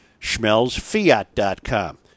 SchmelzFiat.com